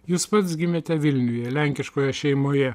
jūs pats gimėte vilniuje lenkiškoje šeimoje